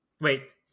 Wait